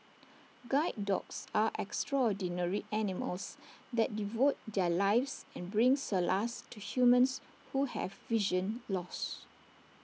guide dogs are extraordinary animals that devote their lives and bring solace to humans who have vision loss